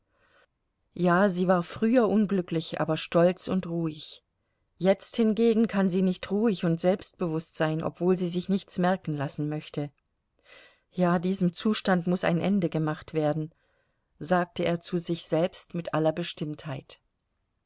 ja sie war früher unglücklich aber stolz und ruhig jetzt hingegen kann sie nicht ruhig und selbstbewußt sein obwohl sie sich nichts merken lassen möchte ja diesem zustand muß ein ende gemacht werden sagte er zu sich selbst mit aller bestimmtheit